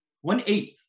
one-eighth